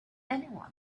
anyone